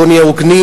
בוא נהיה הוגנים,